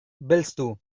belztu